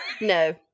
No